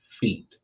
feet